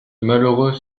malheureux